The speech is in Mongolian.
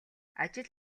ажил